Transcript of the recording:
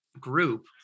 group